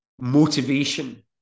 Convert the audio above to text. motivation